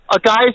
guy's